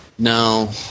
No